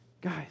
guys